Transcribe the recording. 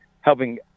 helping